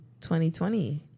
2020